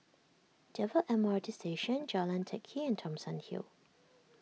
Dover M R T Station Jalan Teck Kee and Thomson Hill